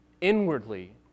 inwardly